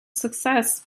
success